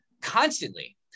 constantly